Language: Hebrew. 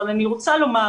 אבל אני רוצה לומר